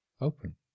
Open